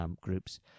groups